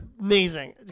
Amazing